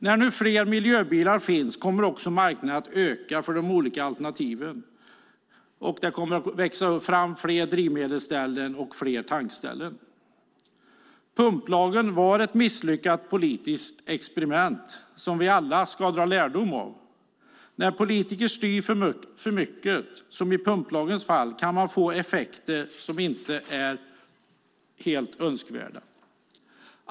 När det nu finns fler miljöbilar kommer också marknaden att öka för de olika alternativen, och det kommer att växa fram fler drivmedelsställen och fler tankställen. Pumplagen var ett misslyckat politiskt experiment som vi alla ska dra lärdom av. När politiker styr för mycket, som i pumplagens fall, kan det bli inte helt önskvärda effekter.